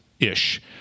ish